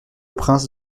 prince